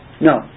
No